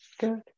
Good